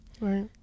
Right